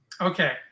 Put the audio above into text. Okay